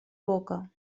boca